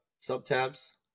sub-tabs